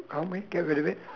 can't we get rid of it